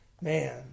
Man